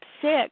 six